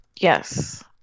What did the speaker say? Yes